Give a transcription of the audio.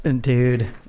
dude